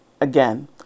Again